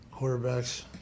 quarterbacks